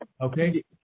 Okay